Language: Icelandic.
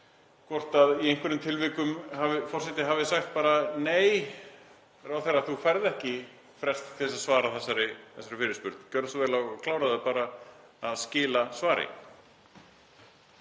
hvort í einhverjum tilvikum forseti hafi sagt bara: Nei, ráðherra, þú færð ekki frest til að svara þessari fyrirspurn. Gjörðu svo vel og kláraðu bara að skila svari.